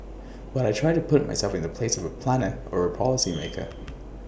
but I try to put myself in the place of A planner or A policy maker